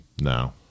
No